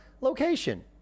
location